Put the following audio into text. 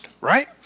right